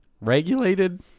regulated